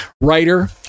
writer